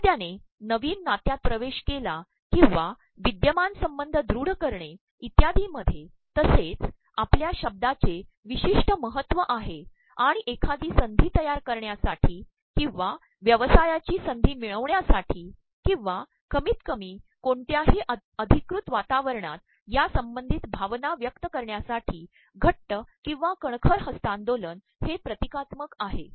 एखाद्याने नवीन नात्यात िवेश केला ककंवा प्रवद्यमान संबंध दृढ करणे इत्यादी मध्ये तसेच आपल्या शब्दाचे प्रवमशष्ि महत्त्व आहेआणण एखादी संधी तयार करण्यासाठी ककंवा व्यवसायाची संधी ममळवण्यासाठी ककंवा कमीतकमी कोणत्याही अचधकृत वातावरणात या संबंचधत भावना व्यक्त करण्यासाठी घट्ि ककंवा कणखर हस्त्तांदोलन हे ितीकात्मक आहे